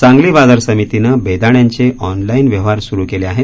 सांगली बाजार समितीनं बेदाण्यांचे ऑनलाइन व्यवहार सुरू केले आहेत